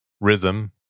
rhythm